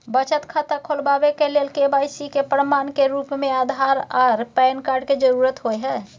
बचत खाता खोलाबय के लेल के.वाइ.सी के प्रमाण के रूप में आधार आर पैन कार्ड के जरुरत होय हय